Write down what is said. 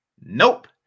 nope